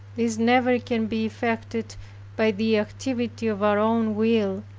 this never can be effected by the activity of our own will,